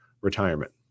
retirement